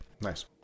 nice